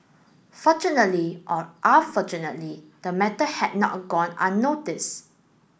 fortunately or unfortunately the matter had not gone unnoticed